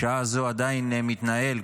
בשעה הזאת עדיין מתנהל,